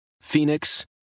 Phoenix